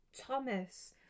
Thomas